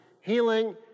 Healing